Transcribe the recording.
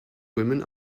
woman